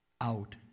out